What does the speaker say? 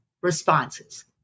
responses